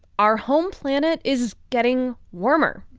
our home planet is getting warmer.